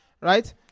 right